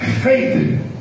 Faith